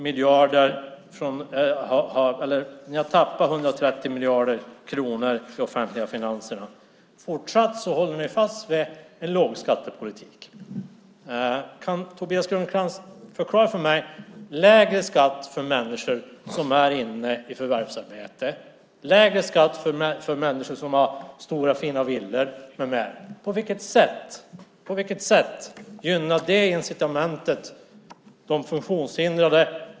Ni har tappat 130 miljarder kronor i de offentliga finanserna, men fortsatt håller ni fast vid en lågskattepolitik. Kan Tobias Krantz förklara för mig på vilket sätt lägre skatt för människor som förvärvsarbetar och för människor som har stora villor gynnar funktionshindrade?